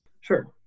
Sure